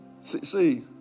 See